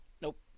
Nope